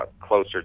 closer